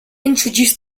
introduced